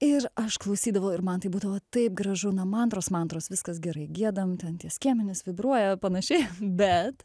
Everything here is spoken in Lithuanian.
ir aš klausydavau ir man tai būdavo taip gražu na mantros mantros viskas gerai giedam ten tie skiemenys vibruoja panašiai bet